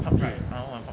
PUBG orh 玩